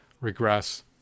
regress